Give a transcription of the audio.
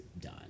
done